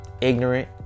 ignorant